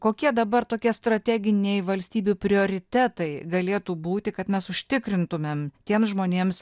kokie dabar tokie strateginiai valstybių prioritetai galėtų būti kad mes užtikrintumėm tiems žmonėms